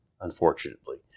unfortunately